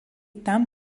tam